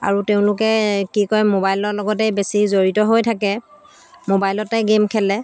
আৰু তেওঁলোকে কি কয় মোবাইলৰ লগতে বেছি জড়িত হৈ থাকে মোবাইলতে গে'ম খেলে